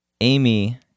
Amy